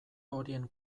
horien